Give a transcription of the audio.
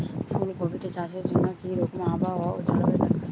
ফুল কপিতে চাষের জন্য কি রকম আবহাওয়া ও জলবায়ু দরকার?